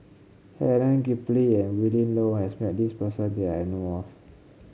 Helen Gilbey and Willin Low has met this person that I know of